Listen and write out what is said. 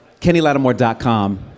KennyLattimore.com